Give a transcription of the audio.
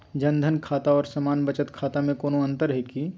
जन धन खाता और सामान्य बचत खाता में कोनो अंतर है की?